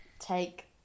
Take